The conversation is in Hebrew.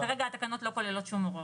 אבל כרגע התקנות לא כוללות שום הוראות.